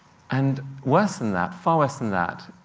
and worse than that, far worse than that,